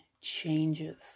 changes